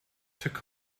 took